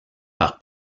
par